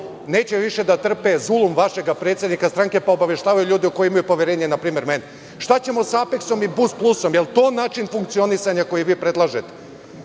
više neće da trpe zulum vašeg predsednika stranke, pa obaveštavaju ljude u koje imaju poverenje, na primer, mene. Šta ćemo sa Apeksom i BusPlusom, da li je to način funkcionisanja koji vi predlažete?